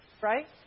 Right